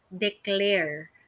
declare